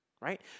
Right